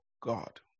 God